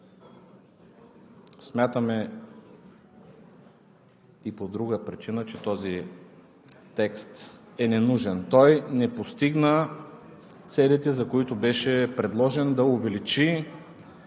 Смятаме и по друга причина, че този текст е ненужен. Той не постигна целите, за които беше предложен – да увеличи